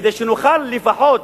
כדי שנוכל לפחות